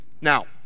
Now